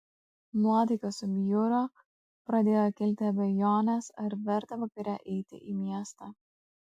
nuotaika subjuro pradėjo kilti abejonės ar verta vakare eiti į miestą